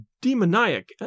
demoniac